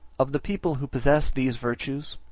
of the people who possess these virtues,